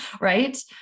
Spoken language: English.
Right